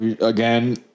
Again